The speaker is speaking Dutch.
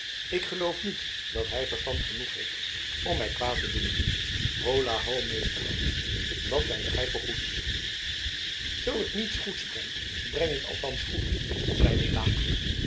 ik geloof niet dat hij verstand genoeg heeft om mij kwaad te doen hola ho meester hans wat brengt gij voor goeds zoo ik niets goeds breng breng ik althans goed zeide